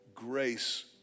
grace